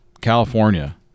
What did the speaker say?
California